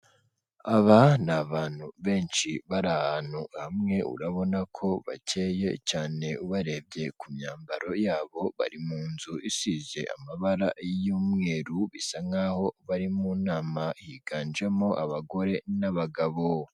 Aba ni abantu benshi bari ahantu hamwe urabona ko bakeye cyane ubarebye ku myambaro yabo bari mu nzu isize amabara y'umweru bisa nk'aho bari mu nama higanjemo abagore n'abagabo.